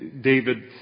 David